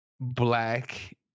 black